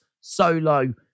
Solo